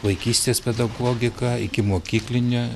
vaikystės pedagogika ikimokyklinė